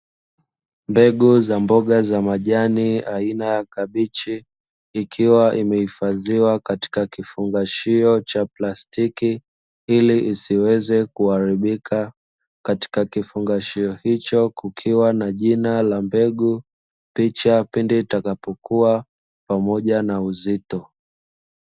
Mbegu za mboga za majani aina ya kabichi, ikiwa imehifadhiwa katika kifungashio cha plastiki ili isiweze kuharibika. Katika kifungashio hicho kukiwa na jina la mbegu, picha pindi itakapokua, pamoja na uzito.